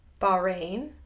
Bahrain